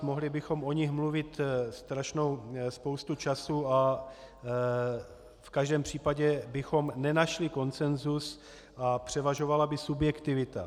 Mohli bychom o nich mluvit strašnou spoustu času a v každém případě bychom nenašli konsenzus a převažovala by subjektivita.